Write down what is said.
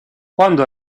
quando